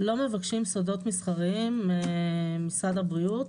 לא מבקשים סודות מסחריים, משרד הבריאות.